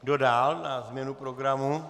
Kdo dál na změnu programu?